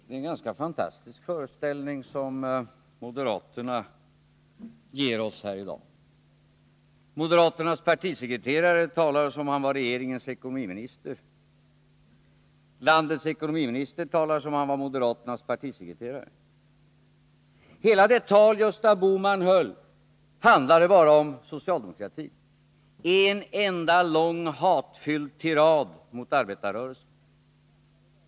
Fru talman! Det är en ganska fantastisk föreställning som moderaterna ger oss här i dag. Moderaternas partisekreterare talar som om han var regeringens ekonomiminister. Landets ekonomiminister talar som om han var moderaternas partisekreterare. Hela det tal Gösta Bohman höll handlade bara om socialdemokratin — en enda lång hatfylld tirad mot arbetarrörelsen.